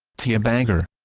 teabagger